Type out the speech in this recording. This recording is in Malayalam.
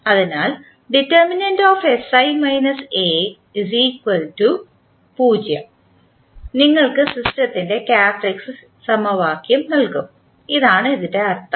അതിനാൽ നിങ്ങൾക്ക് സിസ്റ്റത്തിൻറെ ക്യാരക്ക്റ്ററിസ്റ്റിക് സമവാക്യം നൽകും എന്നാണ് ഇതിനർത്ഥം